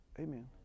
Amen